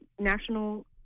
national